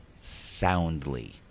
soundly